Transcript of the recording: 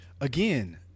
Again